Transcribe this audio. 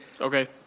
okay